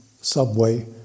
subway